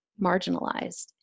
marginalized